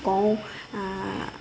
কওঁ